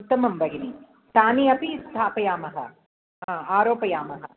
उत्तमं भगिनी तानि अपि स्थापयामः आरोपयामः